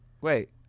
wait